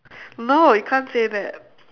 no you can't say that